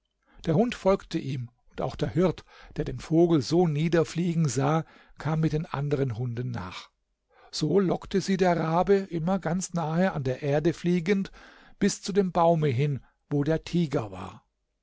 der hund folgte ihm und auch der hirt der den vogel so nieder fliegen sah kam mit den anderen hunden nach so lockte sie der rabe immer ganz nahe an der erde fliegend bis zu dem baume hin wo der tiger war